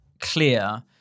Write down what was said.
clear